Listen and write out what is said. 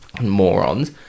morons